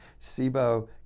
SIBO